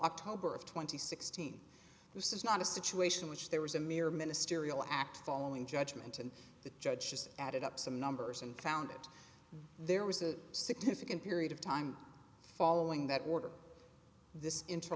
october of twenty sixteen this is not a situation which there was a mere ministerial act following judgment and the judge just added up some numbers and found that there was a significant period of time following that order this int